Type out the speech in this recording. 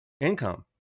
income